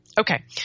Okay